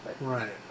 right